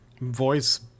voice